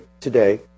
today